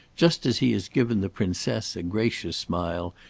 just as he has given the princess a gracious smile,